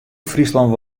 fryslân